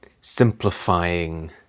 simplifying